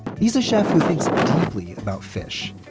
he is a chef who thinks deeply about fish